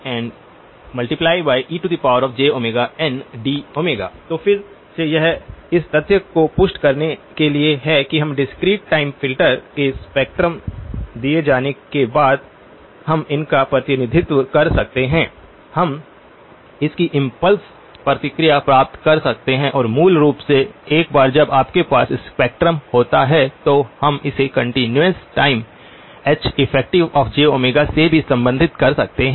hn12π πHejωejωn dω तो फिर से यह इस तथ्य को पुष्ट करने के लिए है कि हम डिस्क्रीट टाइम फिल्टर के स्पेक्ट्रम दिए जाने के बाद हम इनका प्रतिनिधित्व कर सकते हैं हम इसकी इम्पल्स प्रतिक्रिया प्राप्त कर सकते हैं और मूल रूप से एक बार जब आपके पास स्पेक्ट्रम होता है तो हम इसे कंटीन्यूअस continuous टाइम Heffj से भी संबंधित कर सकते हैं